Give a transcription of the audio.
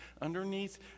underneath